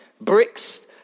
Bricks